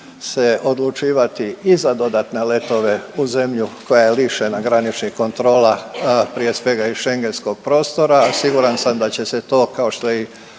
se odlučivati i za dodatne letove u zemlju koja je lišena graničnih kontrola prije svega iz Schenegenskog prostora. Siguran sam da će se to kao što